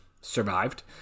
survived